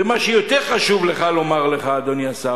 ומה שיותר חשוב לומר לך, אדוני השר,